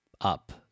up